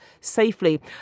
safely